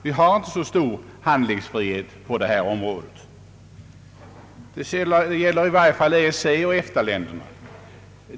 Vi har inte så stor handlingsfrihet på det här området; det gäller i varje fall EEC och EFTA-länderna.